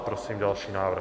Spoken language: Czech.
Prosím další návrh.